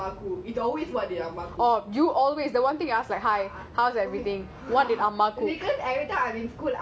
oh you always the one thing you ask is like hi how's eveything what did our mum cook